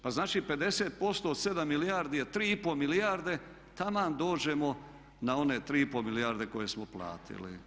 Pa znači 50% od 7 milijardi je 3,5 milijarde, taman dođemo na one 3,5 milijarde koje smo platili.